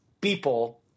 people